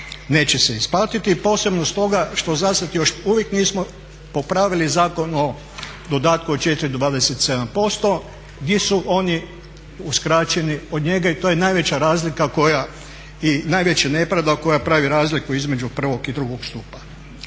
neće se isplatiti, posebno stoga što zasad još uvijek nismo popravili Zakon o dodatku od 4 do 27% gdje su oni uskraćeni od njega i to je najveća razlika i najveća nepravda koja pravi razliku između prvog i drugog stupa.